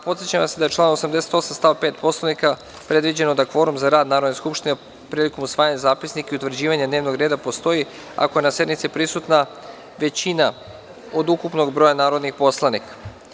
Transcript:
Podsećam vas da je članom 88. stav 5. Poslovnika predviđeno da kvorum za rad Narodne skupštine prilikom usvajanja zapisnika i utvrđivanja dnevnog reda postoji ako je na sednici prisutna većina od ukupnog broja narodnih poslanika.